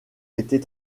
était